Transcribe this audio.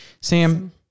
Sam